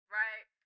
right